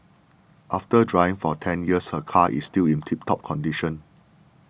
after driving for ten years her car is still in tip top condition